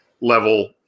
level